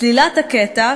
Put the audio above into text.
סלילת הקטע,